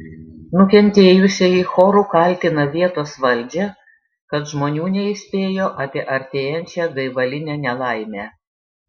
nukentėjusieji choru kaltina vietos valdžią kad žmonių neįspėjo apie artėjančią gaivalinę nelaimę